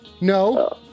No